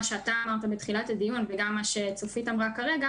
שאמרת בתחילת הדיון גם למה שצופית גולן אמרה כרגע